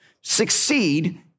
succeed